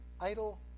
idle